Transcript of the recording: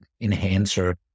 enhancer